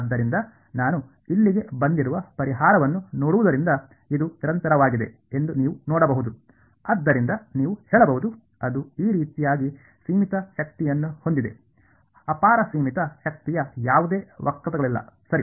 ಆದ್ದರಿಂದ ನಾನು ಇಲ್ಲಿಗೆ ಬಂದಿರುವ ಪರಿಹಾರವನ್ನು ನೋಡುವುದರಿಂದ ಇದು ನಿರಂತರವಾಗಿದೆ ಎಂದು ನೀವು ನೋಡಬಹುದು ಆದ್ದರಿಂದ ನೀವು ಹೇಳಬಹುದು ಅದು ಈ ರೀತಿಯಾಗಿ ಸೀಮಿತ ಶಕ್ತಿಯನ್ನು ಹೊಂದಿದೆ ಅಪಾರ ಸೀಮಿತ ಶಕ್ತಿಯ ಯಾವುದೇ ವಕ್ರತೆಗಳಿಲ್ಲ ಸರಿ